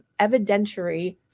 evidentiary